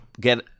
get